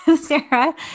Sarah